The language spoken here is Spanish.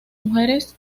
mujeres